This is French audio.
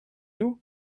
nous